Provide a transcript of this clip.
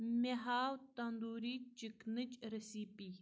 مےٚ ہاو تندوٗری چِکنٕچ ریسِپی